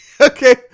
Okay